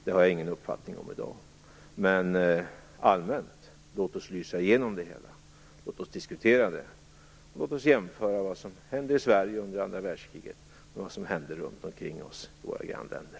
Det har jag i dag ingen uppfattning om. Men rent allmänt: Låt oss lysa igenom det hela, låt oss diskutera detta och låt oss jämföra vad som hände i Sverige under andra världskriget med vad som hände runt omkring oss i våra grannländer!